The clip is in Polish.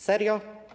Serio?